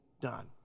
done